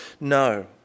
no